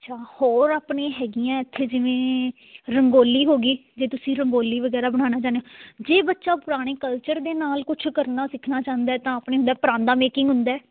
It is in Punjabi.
ਅੱਛਾ ਹੋਰ ਆਪਣੀ ਹੈਗੀਆਂ ਇੱਥੇ ਜਿਵੇਂ ਰੰਗੋਲੀ ਹੋ ਗਈ ਜੇ ਤੁਸੀਂ ਰੰਗੋਲੀ ਵਗੈਰਾ ਬਣਾਉਣਾ ਚਾਹੁੰਦੇ ਜੇ ਬੱਚਾ ਪੁਰਾਣੇ ਕਲਚਰ ਦੇ ਨਾਲ ਕੁਛ ਕਰਨਾ ਸਿੱਖਣਾ ਚਾਹੁੰਦਾ ਤਾਂ ਆਪਣੇ ਹੁੰਦਾ ਪਰਾਂਦਾ ਮੇਕਿੰਗ ਹੁੰਦਾ